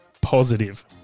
positive